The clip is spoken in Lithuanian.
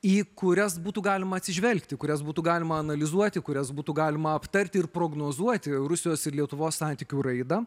į kurias būtų galima atsižvelgti kurias būtų galima analizuoti kurias būtų galima aptarti ir prognozuoti rusijos ir lietuvos santykių raidą